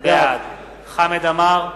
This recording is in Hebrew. בעד חמד עמאר,